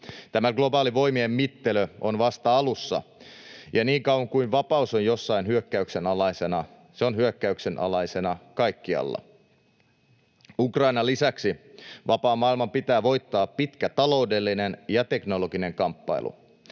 Tämä globaali voimien mittelö on vasta alussa, ja niin kauan kuin vapaus on jossain hyökkäyksen alaisena, se on hyökkäyksen alaisena kaikkialla. Ukrainan lisäksi vapaan maailman pitää voittaa pitkä taloudellinen ja teknologinen kamppailu.